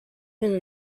been